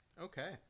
okay